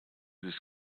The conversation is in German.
ist